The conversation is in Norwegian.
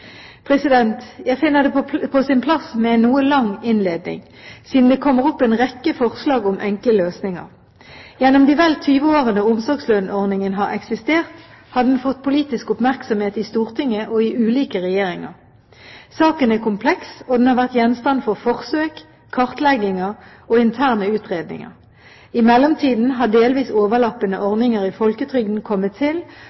Jeg finner det på sin plass med en noe lang innledning, siden det kommer opp en rekke forslag om enkle løsninger. Gjennom de vel 20 årene omsorgslønnsordningen har eksistert, har den fått politisk oppmerksomhet i Stortinget og i ulike regjeringer. Saken er kompleks, og den har vært gjenstand for forsøk, kartlegginger og interne utredninger. I mellomtiden har delvis overlappende